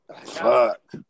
Fuck